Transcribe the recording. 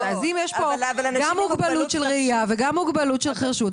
אם יש פה גם מוגבלות של ראייה וגם מוגבלות של חירשות,